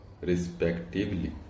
respectively